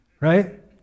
Right